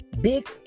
big